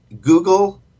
Google